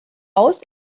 aus